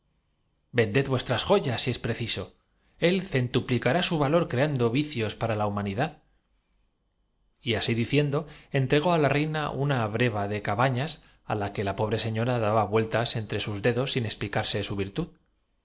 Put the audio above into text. vended vuestras joyas si es preciso él centupli cará su valor creando vicios para la humanidad y así diciendo entregó á la reina una breva de cabañas á la que la pobre señora daba vueltas entre sus dedos sin explicarse su virtud